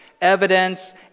evidence